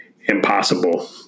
impossible